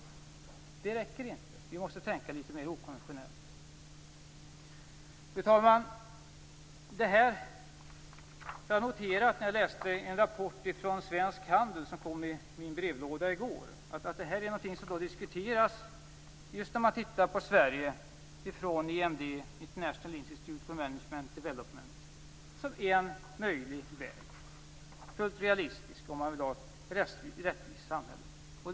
Detta räcker inte. Vi måste också tänka litet mera okonventionellt. Fru talman! Jag har läst en rapport från Svensk Handel som kom i min brevlåda i går. Just när det gäller Sverige är detta något som från International Institute for Management Development, IIMD, diskuteras som en möjlig väg och som en fullt realistisk väg om man vill ha ett rättvist samhälle.